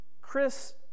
chris